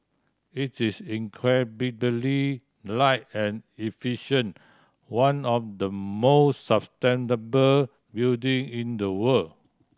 it's is incredibly light and efficient one of the more sustainable building in the world